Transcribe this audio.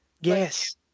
Yes